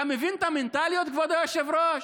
אתה מבין את המנטליות, כבוד היושב-ראש?